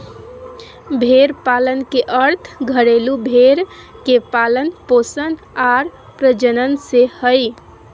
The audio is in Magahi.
भेड़ पालन के अर्थ घरेलू भेड़ के पालन पोषण आर प्रजनन से हइ